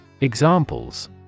Examples